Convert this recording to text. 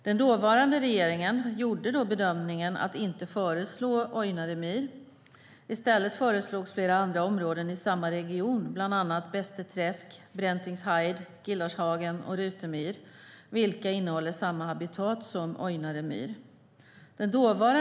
Den dåvarande regeringen gjorde då bedömningen att inte föreslå Ojnare myr. I stället föreslogs flera andra områden i samma region, bland annat Bästeträsk, Bräntings haid, Gildarshagen och Rutemyr, vilka innehåller samma habitat som Ojnare myr.